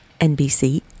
NBC